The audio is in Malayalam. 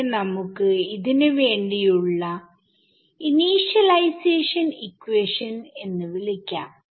ഇതിനെ നമുക്ക് ന് വേണ്ടിയുള്ള ഇനീഷിയലൈസേഷൻ ഇക്വേഷൻ എന്ന് വിളിക്കാം